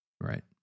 Right